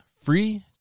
free